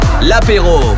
l'apéro